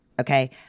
Okay